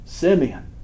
Simeon